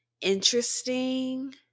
interesting